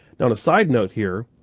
now on a side note here,